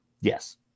yes